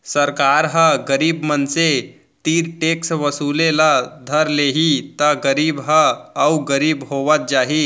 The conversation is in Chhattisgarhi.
सरकार ह गरीब मनसे तीर टेक्स वसूले ल धर लेहि त गरीब ह अउ गरीब होवत जाही